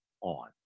on